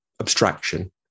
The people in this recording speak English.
abstraction